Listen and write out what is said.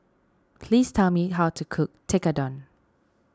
please tell me how to cook Tekkadon